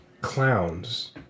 Clowns